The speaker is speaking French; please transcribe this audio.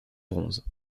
bronze